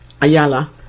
Ayala